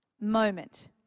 moment